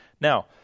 Now